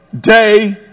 Day